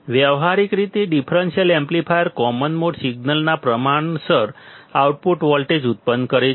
વ્યવહારિક રીતે differential amplifier common mode સિગ્નલના પ્રમાણસર આઉટપુટ વોલ્ટેજ ઉત્પન્ન કરે છે